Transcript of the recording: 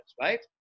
right